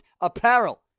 apparel